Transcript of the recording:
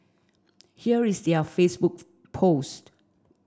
here is their Facebook post